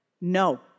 no